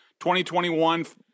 2021